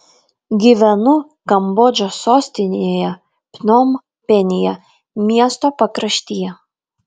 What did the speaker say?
gyvenu kambodžos sostinėje pnompenyje miesto pakraštyje